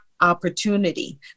opportunity